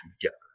together